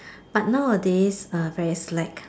but now a days uh very slack